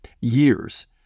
years